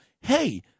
Hey